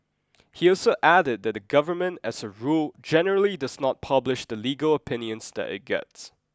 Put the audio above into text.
he also added that the government as a rule generally does not publish the legal opinions that it gets